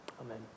Amen